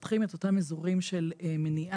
לפתח את אותם אזורים של מניעה.